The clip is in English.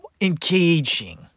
engaging